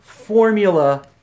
Formula